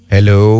Hello